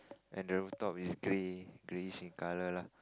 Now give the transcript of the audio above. and the roof top is grey grey in color lah